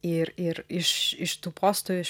ir ir iš iš tų postų iš